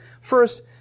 first